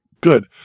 good